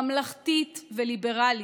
ממלכתית וליברלית,